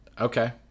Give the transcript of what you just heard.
Okay